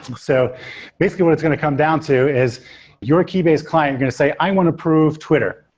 so basically what it's going to come down to is your keybase client going to say, i want to prove twitter.